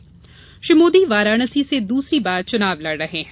नरेन्द्र मोदी वाराणसी से दूसरी बार चुनाव लड़ रहे हैं